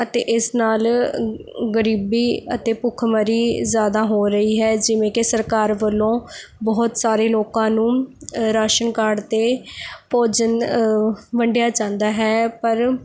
ਅਤੇ ਇਸ ਨਾਲ ਅ ਗ ਗ਼ਰੀਬੀ ਅਤੇ ਭੁੱਖਮਰੀ ਜ਼ਿਆਦਾ ਹੋ ਰਹੀ ਹੈ ਜਿਵੇਂ ਕਿ ਸਰਕਾਰ ਵੱਲੋਂ ਬਹੁਤ ਸਾਰੇ ਲੋਕਾਂ ਨੂੰ ਰਾਸ਼ਨ ਕਾਰਡ 'ਤੇ ਭੋਜਨ ਵੰਡਿਆ ਜਾਂਦਾ ਹੈ ਪਰ